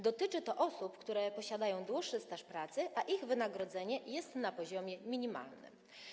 Dotyczy to osób, które posiadają dłuższy staż pracy i których wynagrodzenie jest na poziomie minimalnym.